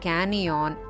Canyon